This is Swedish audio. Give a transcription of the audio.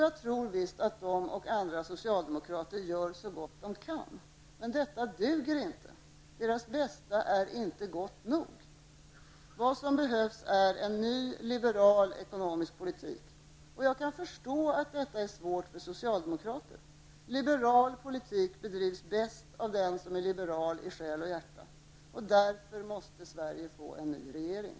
Jag tror visst att de och andra socialdemokrater gör så gott de kan. Men detta duger inte. Deras bästa är inte gott nog. Vad som behövs är en ny liberal ekonomisk politik. Jag kan förstå att detta är svårt för socialdemokrater. Liberal politik bedrivs bäst av den som är liberal i själ och hjärta. Därför måste Sverige få en ny regering.